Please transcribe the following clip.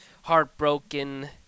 heartbroken